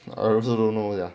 I also don't know ya